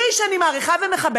שהוא איש שאני מעריכה ומכבדת,